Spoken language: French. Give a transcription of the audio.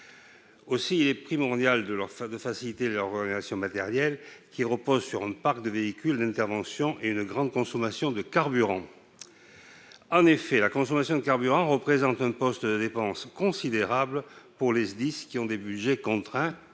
Il est primordial de faciliter leur organisation matérielle, qui repose sur un parc de véhicules d'intervention et nécessite une grande consommation de carburant. En effet, la consommation de carburant représente un poste de dépenses considérable pour les SDIS, malgré leurs budgets contraints,